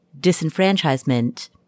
disenfranchisement